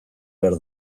behar